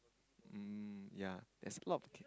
mm ya there's a lot